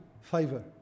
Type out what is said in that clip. favor